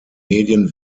medien